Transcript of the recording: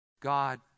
God